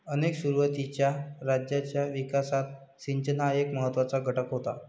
अनेक सुरुवातीच्या राज्यांच्या विकासात सिंचन हा एक महत्त्वाचा घटक होता